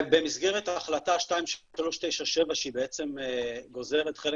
במסגרת ההחלטה 2397 , שהיא בעצם גוזרת חלק